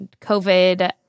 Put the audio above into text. COVID